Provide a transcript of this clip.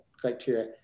criteria